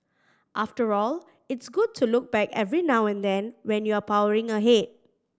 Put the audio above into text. after all it's good to look back every now and then when you're powering ahead